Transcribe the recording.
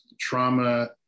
trauma